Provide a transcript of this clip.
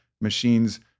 machines